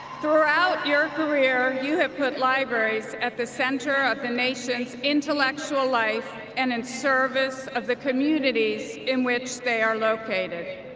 throughout your career, you have put libraries at the center of the nation's intellectual life and in service of the communities in which they are located.